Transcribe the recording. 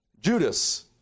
Judas